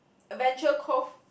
Adventure Cove